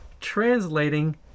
translating